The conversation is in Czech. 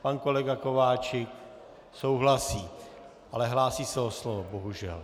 Pan kolega Kováčik souhlasí, ale hlásí se o slovo bohužel.